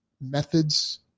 methods